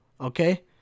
okay